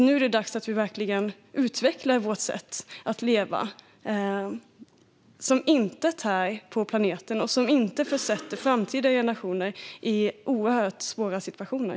Nu är det dags att vi verkligen utvecklar vårt sätt att leva till ett sätt som inte tär på planeten och inte försätter framtida generationer i oerhört svåra situationer.